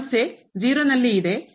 ಸಮಸ್ಯೆ 0 ನಲ್ಲಿ ಇದೆ